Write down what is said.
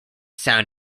sound